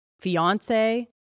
fiance